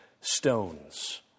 stones